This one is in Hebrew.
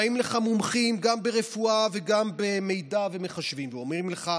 כשבאים אליך מומחים גם ברפואה וגם במידע ומחשבים ואומרים לך: